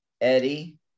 Eddie